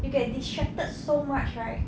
you get distracted so much right